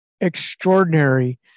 extraordinary